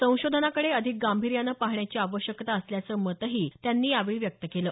संशोधनाकडे अधिक गांभीर्याने पाहण्याची आवश्यकता असल्याचं मतही त्यांनी यावेळी व्यक्त केलं